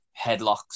headlocks